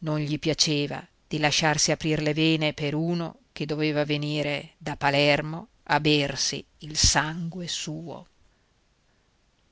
non gli piaceva di lasciarsi aprir le vene per uno che doveva venire da palermo a bersi il sangue suo